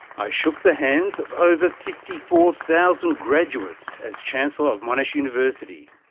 i shook the hands of over fifty four thousand graduates as chancellor of monash university,